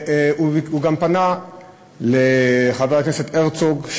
הוא גם פנה לחבר הכנסת הרצוג,